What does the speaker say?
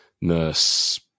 Nurse